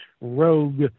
rogue